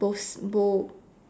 both bo~